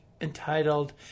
entitled